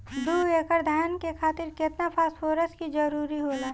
दु एकड़ धान खातिर केतना फास्फोरस के जरूरी होला?